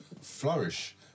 flourish